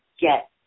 get